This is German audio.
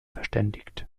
verständigt